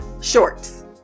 shorts